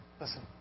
Listen